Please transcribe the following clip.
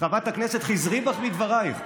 חברת הכנסת, חזרי בך מדברייך,